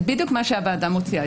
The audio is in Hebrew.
זה בדיוק מה שהוועדה מוציאה,